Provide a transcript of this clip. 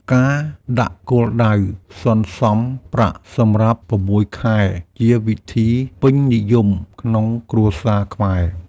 ការដាក់គោលដៅសន្សុំប្រាក់សម្រាប់៦ខែជាវិធីពេញនិយមក្នុងគ្រួសារខ្មែរ។